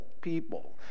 people